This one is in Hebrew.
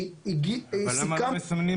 אבל למה מסמנים